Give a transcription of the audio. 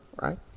right